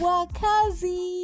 Wakazi